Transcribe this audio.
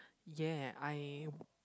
ya I